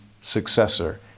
successor